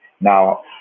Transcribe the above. Now